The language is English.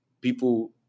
People